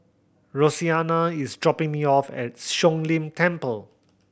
Roseanna is dropping me off at Siong Lim Temple